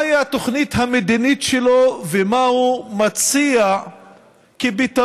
מהי התוכנית המדינית שלו ומה הוא מציע כפתרון